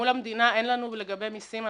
מול המדינה אין לנו לגבי מסים,